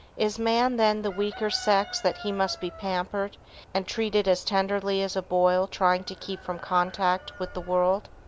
is man, then, the weaker sex that he must be pampered and treated as tenderly as a boil trying to keep from contact with the world?